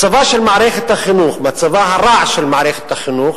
מצבה של מערכת החינוך, מצבה הרע של מערכת החינוך,